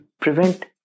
prevent